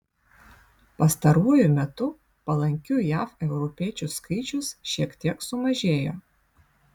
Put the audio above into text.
pastaruoju metu palankių jav europiečių skaičius šiek tiek sumažėjo